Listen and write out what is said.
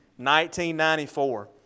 1994